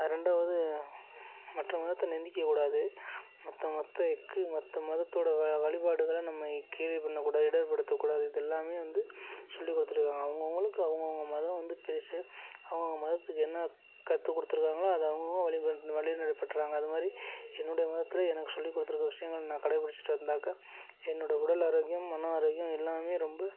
அது ரெண்டாவது மற்ற மதத்தை நிந்திக்கக்கூடாது மற்ற மொத்த இக்கு மற்ற மதத்தோடய வ வழிபாடுகளை நம்ம கேலி பண்ணக்கூடாது இடற்படுத்தக்கூடாது இதெல்லாமே வந்து சொல்லிக் கொடுத்துருக்காங்க அவுங்கவங்களுக்கு அவுங்கவங்க மதம் வந்து பெருசு அவுங்கவங்க மதத்துக்கு என்னக் கற்று கொடுத்துருக்காங்களோ அதை அவுங்கவங்க வழி வழிநடைப்பற்றாங்க அது மாதிரி என்னுடைய மதத்தில் எனக்கு சொல்லி கொடுத்துருக்க விஷயங்கள் நான் கடைப்பிடிச்சுட்டு இருந்தாக்கா என்னோடய உடல் ஆரோக்கியம் மன ஆரோக்கியம் எல்லாமே ரொம்ப